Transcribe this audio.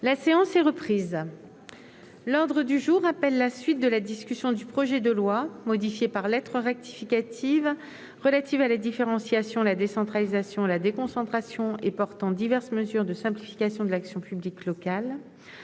La séance est reprise. L'ordre du jour appelle la suite de la discussion du projet de loi, modifié par lettre rectificative, relatif à la différenciation, la décentralisation, la déconcentration et portant diverses mesures de simplification de l'action publique locale